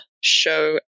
show